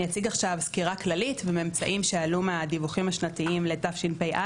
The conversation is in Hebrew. אני אציג עכשיו סקירה כללית מהממצאים שעלו מהדיווחים השנתיים לתשפ"א,